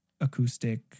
acoustic